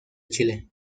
chile